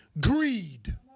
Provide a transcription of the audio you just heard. greed